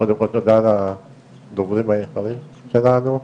קודם כל, תודה לדוברים היקרים שלנו.